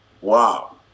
Wow